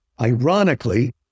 ironically